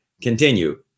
continue